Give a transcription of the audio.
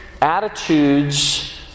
attitudes